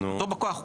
אותו בא כוח,